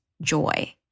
joy